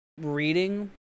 reading